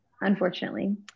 unfortunately